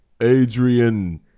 Adrian